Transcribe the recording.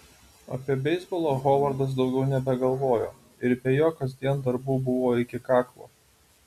apie beisbolą hovardas daugiau nebegalvojo ir be jo kasdien darbų buvo iki kaklo